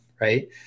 right